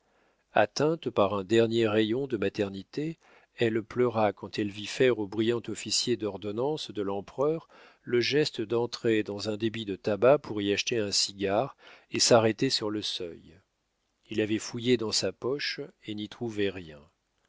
atteinte par un dernier rayon de maternité elle pleura quand elle vit faire au brillant officier d'ordonnance de l'empereur le geste d'entrer dans un débit de tabac pour y acheter un cigare et s'arrêter sur le seuil il avait fouillé dans sa poche et n'y trouvait rien